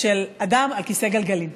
של אדם על כיסא גלגלים,